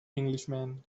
englishman